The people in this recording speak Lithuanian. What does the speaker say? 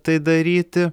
tai daryti